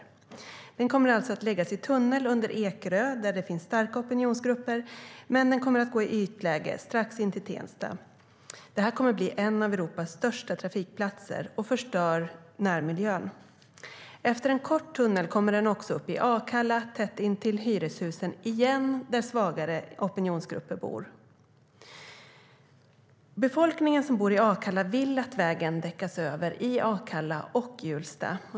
Vägen kommer alltså att läggas i tunnel under Ekerö, där det finns starka opinionsgrupper, men den kommer att gå i ytläge strax intill Tensta. Detta kommer att bli en av Europas största trafikplatser, och den förstör närmiljön. Efter en kort tunnel kommer den upp i Akalla, tätt intill hyreshusen - igen där svagare opinionsgrupper bor. Befolkningen som bor i Akalla vill att vägen däckas över i Akalla och Hjulsta.